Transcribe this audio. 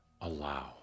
allow